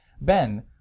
Ben